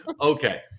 Okay